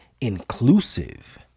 inclusive